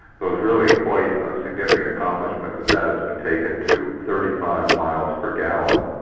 so it was really quite a significant accomplishment that that has been taken to thirty five miles per gallon,